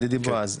ידידי בועז,